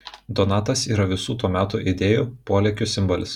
donatas yra visų to meto idėjų polėkių simbolis